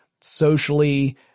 socially